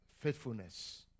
faithfulness